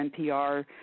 NPR